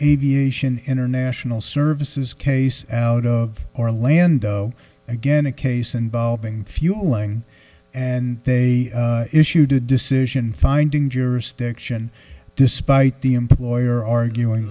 aviation international services case out of orlando again a case involving fueling and they issued a decision finding jurisdiction despite the employer arguing